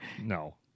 No